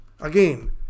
Again